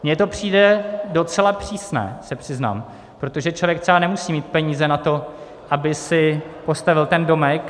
Mně to přijde docela přísné, přiznám se, protože člověk třeba nemusí mít peníze na to, aby si postavil ten domek.